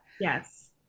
Yes